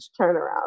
turnaround